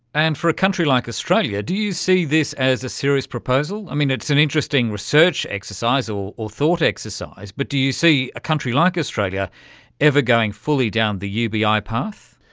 and for a country like australia, do you see this as a serious proposal? i mean, it's an interesting research exercise or or thought exercise, but do you see a country like australia ever going fully down the ubi path?